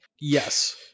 Yes